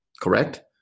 correct